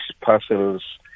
parcels